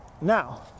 now